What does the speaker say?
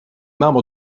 membre